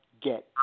get